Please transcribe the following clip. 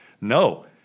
no